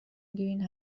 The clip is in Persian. گرین